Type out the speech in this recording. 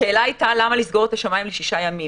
השאלה הייתה למה לסגור את השמים ל-6 ימים.